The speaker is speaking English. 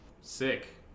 Sick